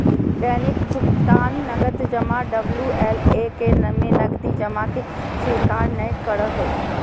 दैनिक भुकतान नकद जमा डबल्यू.एल.ए में नकदी जमा के स्वीकार नय करो हइ